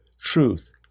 truth